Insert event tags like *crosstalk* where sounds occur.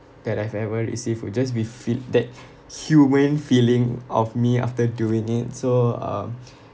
that I've ever received would just be fee~ that humane feeling of me after doing it so uh *noise*